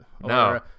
no